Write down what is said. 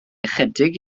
ychydig